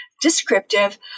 descriptive